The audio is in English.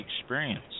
experience